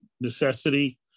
necessity